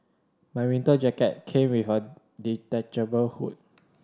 my winter jacket came with a detachable hood